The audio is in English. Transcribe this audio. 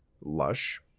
lush